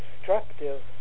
destructive